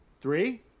Three